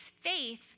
faith